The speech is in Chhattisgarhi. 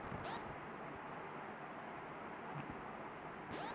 ऑसो धान ल बोए के बाद म पानी ह गिरबे नइ करत हे